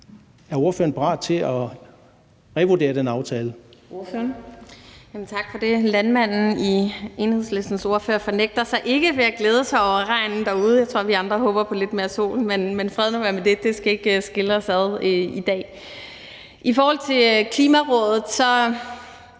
Er ordføreren parat til revurdere den aftale?